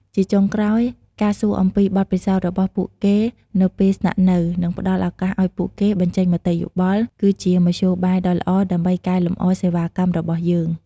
ជាចុងក្រោយ ការសួរអំពី បទពិសោធន៍ របស់ពួកគេនៅពេលស្នាក់នៅ និងផ្តល់ឱកាសឲ្យពួកគេ បញ្ចេញមតិយោបល់ គឺជាមធ្យោបាយដ៏ល្អដើម្បីកែលម្អសេវាកម្មរបស់យើង។